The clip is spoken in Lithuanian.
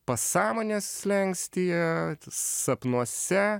pasąmonės slenkstyje sapnuose